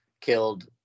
killed